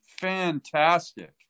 fantastic